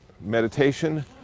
meditation